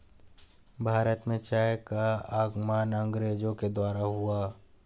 भारत में चाय का आगमन अंग्रेजो के द्वारा हुआ